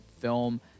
film